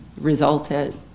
resulted